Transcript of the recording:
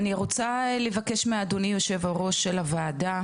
אני רוצה לבקש מאדוני יושב-הראש של הוועדה